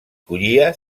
collia